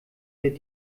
wir